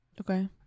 okay